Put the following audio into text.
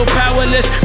powerless